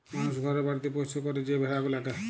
মালুস ঘরে বাড়িতে পৌষ্য ক্যরে যে ভেড়া গুলাকে